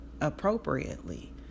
appropriately